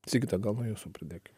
sigita gal nuo jūsų pradėkim